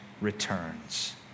returns